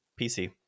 PC